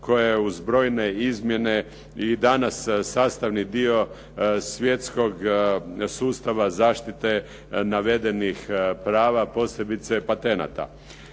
koja je uz brojne izmjene i danas sastavni dio svjetskog sustava zaštite navedenih prava posebice patenata.